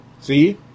See